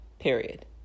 Period